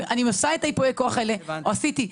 אני עושה את ייפויי הכוח האלה או עשיתי,